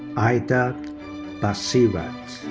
aida basirat.